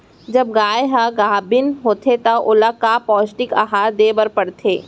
जब गाय ह गाभिन होथे त ओला का पौष्टिक आहार दे बर पढ़थे?